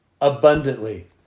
abundantly